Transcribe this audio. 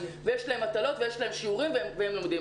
יש להם מטלות ויש להם שיעורים והם יושבים ולומדים.